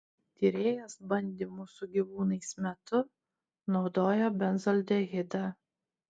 tyrėjas bandymų su gyvūnais metu naudojo benzaldehidą